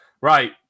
Right